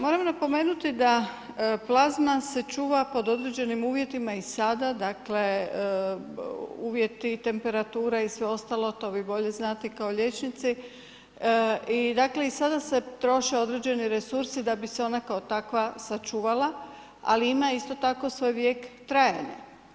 Moram napomenuti da plazma se čuva pod određenim uvjetima i sada dakle, uvjeti, temperatura i sve ostalo, to vi bolje znate kao liječnici i dakle, i sada se troše određeni resursi da bi se ona kao takva sačuvala, ali ima isto tako svoj vijek trajanja.